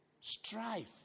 strife